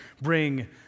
bring